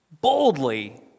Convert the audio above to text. boldly